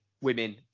women